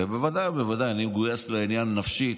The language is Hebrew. ובוודאי ובוודאי שאני מגויס לעניין הזה נפשית,